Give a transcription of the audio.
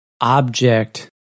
object